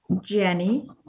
Jenny